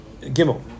Gimel